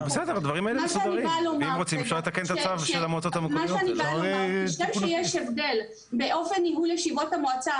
מה שאני באה לומר כשם שיש הבדל באופן ניהול ישיבות המועצה